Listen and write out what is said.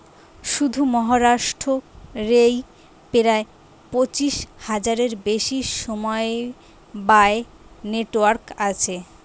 শুধু মহারাষ্ট্র রেই প্রায় পঁচিশ হাজারের বেশি সমবায় নেটওয়ার্ক আছে